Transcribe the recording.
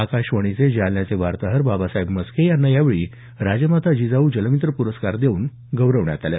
आकाशवाणीचे जालन्याचे वार्ताहर बाबासाहेब म्हस्के यांना यावेळी राजमाता जिजाऊ जलमित्र प्रस्कार देऊन गौरवण्यात आलं